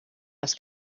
les